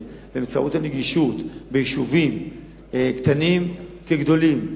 ובאמצעות הנגישות ביישובים קטנים כגדולים.